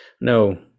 No